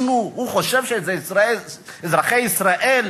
הוא חושב שאזרחי ישראל,